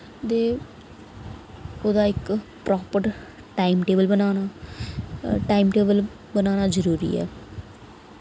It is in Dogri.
ते ओह्दा इक प्राप्ट टाइम टेबल बनाना टाइम टेबल बनाना जरुरी ऐ